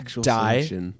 die